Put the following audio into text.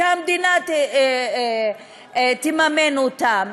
שהמדינה תממן אותם.